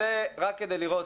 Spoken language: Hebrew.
אז זה רק כדי לראות,